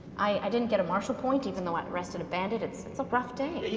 i didn't get a marshal point even though i arrested a bandit, it's it's a rough day,